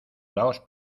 daos